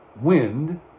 wind